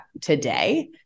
today